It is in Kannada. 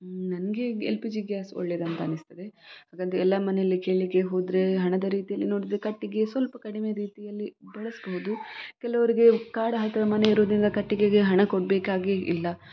ನನಗೆ ಎಲ್ ಪಿ ಜಿ ಗ್ಯಾಸ್ ಒಳ್ಳೇದಂತ ಅನಿಸ್ತದೆ ಹಾಗಾಗಿ ಎಲ್ಲ ಮನೆಯಲ್ಲಿ ಕೇಳಲಿಕ್ಕೆ ಹೋದರೆ ಹಣದ ರೀತಿಯಲ್ಲಿ ನೋಡಿದರೆ ಕಟ್ಟಿಗೆ ಸ್ವಲ್ಪ ಕಡಿಮೆ ರೀತಿಯಲ್ಲಿ ಬಳಸ್ಬೌದು ಕೆಲವ್ರಿಗೆ ಕಾಡ ಹತ್ತಿರ ಮನೆ ಇರೋದ್ರಿಂದ ಕಟ್ಟಿಗೆಗೆ ಹಣ ಕೊಡಬೇಕಾಗಿ ಇಲ್ಲ